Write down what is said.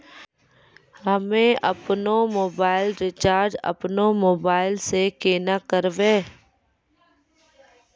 हम्मे आपनौ mobile recharge आपनौ मोबाइल से केना करवै?